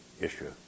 issue